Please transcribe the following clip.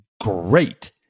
Great